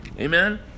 Amen